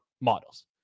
models